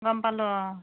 গম পালোঁ অঁ